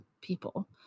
people